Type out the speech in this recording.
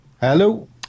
Hello